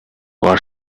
was